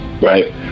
right